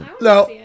no